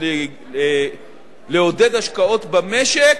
ולעודד השקעות במשק,